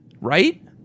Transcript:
Right